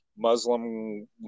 Muslim